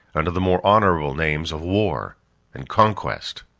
under the more honorable names of war and conquest.